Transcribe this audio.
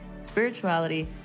spirituality